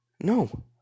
No